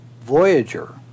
Voyager